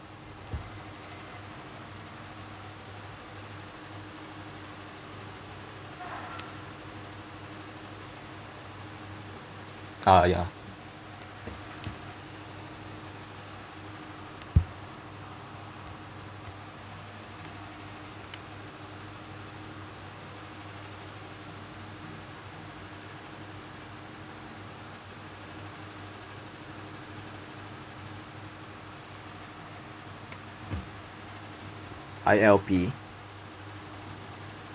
ah ya I_L_P